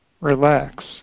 Relax